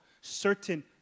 Certain